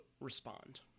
respond